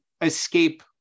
escape